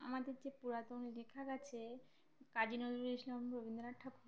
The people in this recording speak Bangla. আমাদের যে পুরাতন লেখক আছে কাজী নজরুল ইসলাম রবীন্দ্রনাথ ঠাকুর